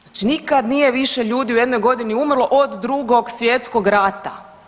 Znači nikad nije više ljudi u jednoj godini umrlo od Drugog svjetskog rata.